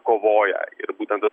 kovoja ir būtent tas